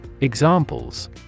Examples